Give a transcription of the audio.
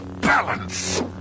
balance